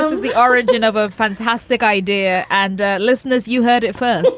is the origin of a fantastic idea. and listeners, you heard it first